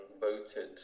voted